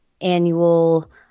annual